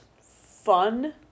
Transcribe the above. fun